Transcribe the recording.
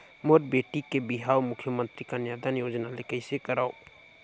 मोर बेटी के बिहाव मुख्यमंतरी कन्यादान योजना ले कइसे करव?